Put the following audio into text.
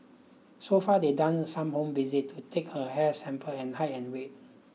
so far they've done some home visits to take her hair sample and height and weight